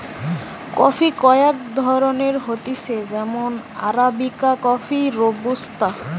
coffee কয়েক ধরণের হতিছে যেমন আরাবিকা কফি, রোবুস্তা